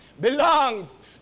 belongs